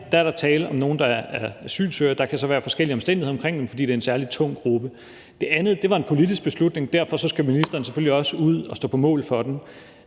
er der tale om nogle, der er asylsøgere. Der kan så være forskellige omstændigheder omkring dem, fordi det er en særlig tung gruppe. Det andet var en politisk beslutning. Derfor skal ministeren selvfølgelig også ud at stå på mål for den.